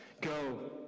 go